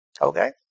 Okay